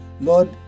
Lord